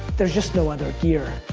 there's just no other gear.